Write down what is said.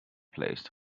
placed